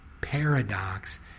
paradox